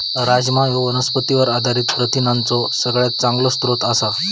राजमा ह्यो वनस्पतींवर आधारित प्रथिनांचो सगळ्यात चांगलो स्रोत आसा